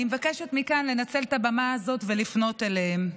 אני מבקשת לנצל את הבמה הזאת ולפנות אליהם מכאן.